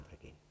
again